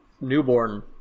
newborn